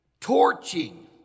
torching